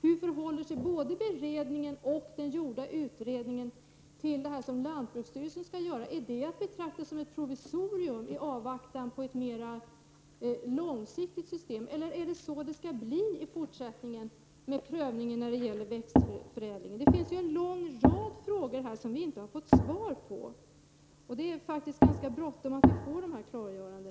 Hur förhåller sig beredningen och den gjorda utredningen till det som lantbruksstyrelsen skall göra? Är det att betrakta som ett provisorium i avvaktan på ett mer långsiktigt system? Hur skall det bli med prövningen när det gäller växtförädling? Det finns en lång rad frågor som vi inte har fått svar på. Det är faktiskt ganska bråttom med detta klargörande.